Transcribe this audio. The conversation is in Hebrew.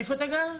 איפה אתה גר?